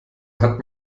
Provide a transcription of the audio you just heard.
hat